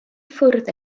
ffwrdd